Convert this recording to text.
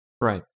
Right